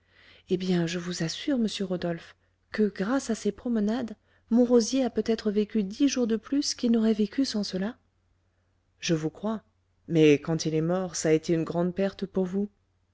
eh bien je vous assure monsieur rodolphe que grâce à ces promenades mon rosier a peut-être vécu dix jours de plus qu'il n'aurait vécu sans cela je vous crois mais quand il est mort ç'a été une grande perte pour vous